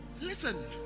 Listen